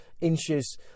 inches